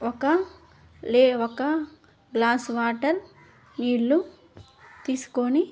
ఒక లే ఒక గ్లాస్ వాటర్ నీళ్ళు తీసుకోని